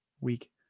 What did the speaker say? week